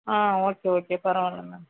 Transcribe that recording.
ஆ okay okay பரவாயில்லை ma'am